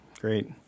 Great